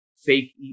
fake